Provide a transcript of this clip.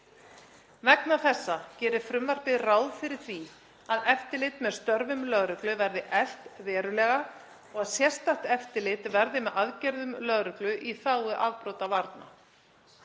Vegna þessa gerir frumvarpið ráð fyrir því að eftirlit með störfum lögreglu verði eflt verulega og að sérstakt eftirlit verði með aðgerðum lögreglu í þágu afbrotavarna.